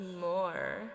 more